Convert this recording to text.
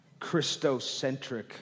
Christocentric